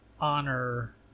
honor